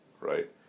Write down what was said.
right